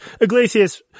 Iglesias –